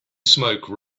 smoke